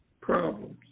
problems